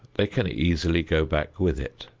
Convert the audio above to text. they can easily go back with it.